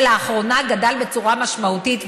שלאחרונה גדל בצורה משמעותית,